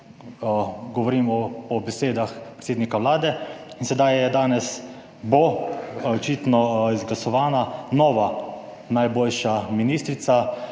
govorimo o besedah predsednika Vlade. In sedaj je, danes bo očitno izglasovana nova najboljša ministrica,